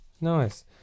nice